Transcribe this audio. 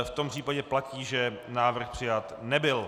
V tom případě platí, že návrh přijat nebyl.